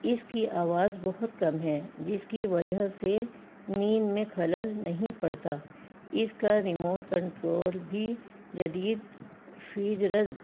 اس کی آواز بہت کم ہے جس کی وجہ سے نیند میں خلل نہیں پڑتا اس کا ریموٹ کنٹرول بھی جدید فیجرز